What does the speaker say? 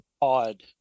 odd